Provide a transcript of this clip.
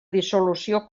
dissolució